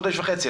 חודש וחצי,